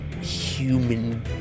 human